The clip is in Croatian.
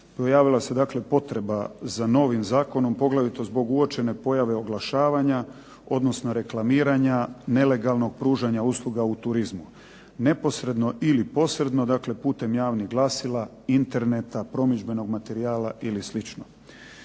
pojavila se potreba za novim zakonom poglavito zbog uočene pojave oglašavanja, odnosno reklamiranja nelegalnog pružanja u turizmu. Neposredno ili posredno putem javnih glasila, interneta, promidžbenog materijala ili